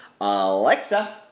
Alexa